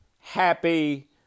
happy